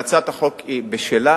הצעת החוק בשלה,